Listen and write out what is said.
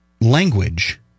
language